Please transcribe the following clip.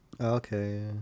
Okay